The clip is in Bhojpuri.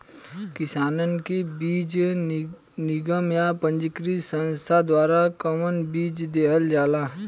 किसानन के बीज निगम या पंजीकृत संस्था द्वारा कवन बीज देहल जाला?